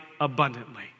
abundantly